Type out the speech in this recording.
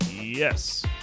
Yes